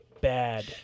bad